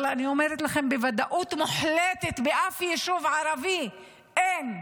אבל אני אומרת לכם בוודאות מוחלטת: באף יישוב ערבי אין.